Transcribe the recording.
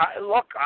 Look